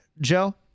Joe